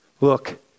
Look